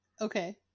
okay